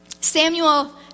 Samuel